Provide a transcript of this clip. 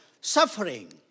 suffering